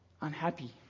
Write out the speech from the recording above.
unhappy